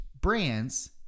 brands